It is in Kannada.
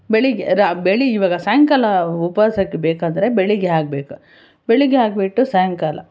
ಬೆಳಿಗ್ಗೆ ಬೆಳಿ ಇವಾಗ ಸಾಯಂಕಾಲ ಉಪವಾಸಕ್ಕೆ ಬೇಕಾದರೆ ಬೆಳಿಗ್ಗೆ ಹಾಕಬೇಕು ಬೆಳಿಗ್ಗೆ ಹಾಕಿಬಿಟ್ಟು ಸಾಯಂಕಾಲ